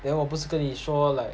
then 我不是跟你说 like